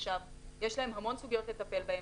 יש להם המון סוגיות לטפל בהן.